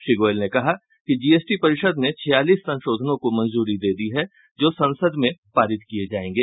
श्री गोयल ने कहा कि जीएसटी परिषद ने छियालीस संशोधनों को मंजूरी दे दी है जो संसद में पारित किए जाएंगे